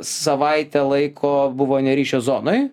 savaitę laiko buvo ne ryšio zonoj